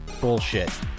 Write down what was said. Bullshit